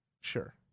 Sure